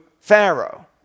Pharaoh